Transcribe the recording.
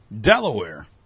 Delaware